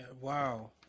wow